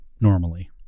normally